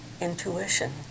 Intuition